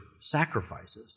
sacrifices